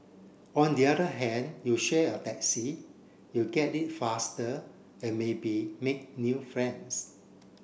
on the other hand you share a taxi you get it faster and maybe make new friends